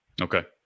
Okay